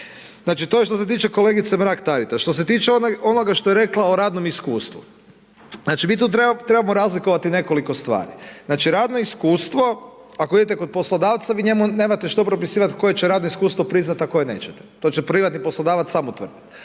to je što se tiče kolegice Mrak Taritaš. Što se tiče onoga što je rekla o radnome iskustvu. Znači mi tu trebamo razlikovati nekoliko stvari. Znači radno iskustvo ako idete kod poslodavca, vi njemu nemate što propisivati koje će radno iskustvo priznati a koje nećete. To će privatni poslodavac sam utvrditi.